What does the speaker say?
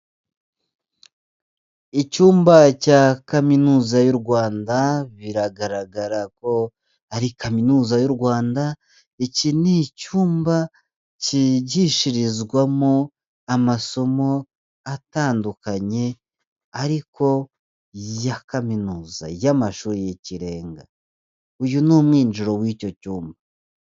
Icyumba cya kaminuza y'u Rwanda biragaragara ko ari kaminuza y'u Rwanda, iki ni icyumba cyigishirizwamo amasomo atandukanye ariko ya kaminuza y'amashuri y'ikirenga, uyu ni mwinjiro w'icyo cyumba.